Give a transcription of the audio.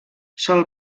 sol